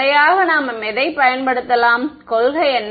முறையாக நாம் எதைப் பயன்படுத்தலாம் கொள்கை என்ன